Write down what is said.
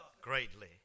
greatly